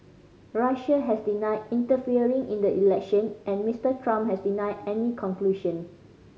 Russia has denied interfering in the election and Mister Trump has denied any conclusion